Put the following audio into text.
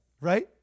Right